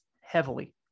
heavily